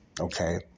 Okay